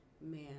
man